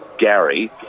Gary